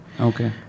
Okay